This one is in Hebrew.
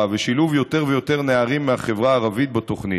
ושילוב יותר ויותר נערים מהחברה הערבית בתוכנית.